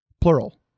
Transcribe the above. plural